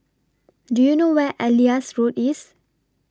Do YOU know Where Elias Road IS